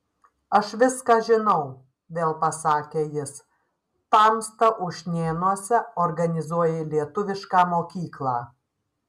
aš viską žinau vėl pasakė jis tamsta ušnėnuose organizuoji lietuvišką mokyklą